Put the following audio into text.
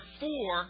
four